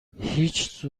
هیچ